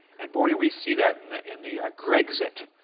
and, boy, did we see that in the in the grexit,